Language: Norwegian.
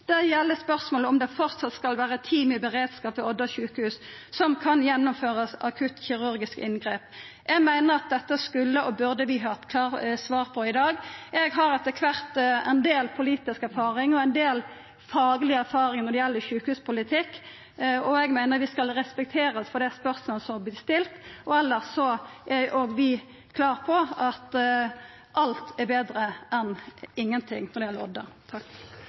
Det gjeld spørsmålet om det framleis skal vera team i beredskap ved Odda sjukehus som kan gjennomføra eit akuttkirurgisk inngrep. Eg meiner at dette skulle og burde vi hatt klare svar på i dag. Eg har etter kvart ein del politisk erfaring og ein del fagleg erfaring når det gjeld sjukehuspolitikk, og eg meiner vi skal respekterast for dei spørsmåla vi har stilt. Elles er også vi klare på at alt dette er betre enn ingen ting når det gjeld Odda.